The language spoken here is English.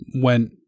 went